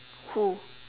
who